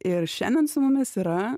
ir šiandien su mumis yra